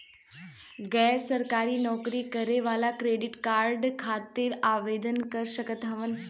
गैर सरकारी नौकरी करें वाला क्रेडिट कार्ड खातिर आवेदन कर सकत हवन?